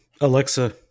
Alexa